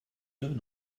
deux